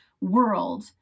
world